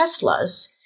Teslas